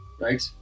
right